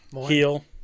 heal